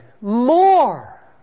more